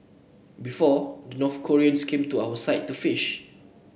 before the North Koreans came to our side to fish